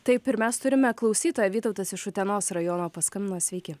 taip ir mes turime klausytoją vytautas iš utenos rajono paskambino sveiki